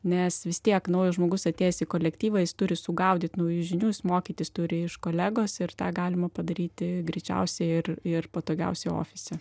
nes vis tiek naujas žmogus atėjęs į kolektyvą jis turi sugaudyt naujų žinių jis mokytis turi iš kolegos ir tą galima padaryti greičiausiai ir ir patogiausiai ofise